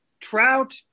Trout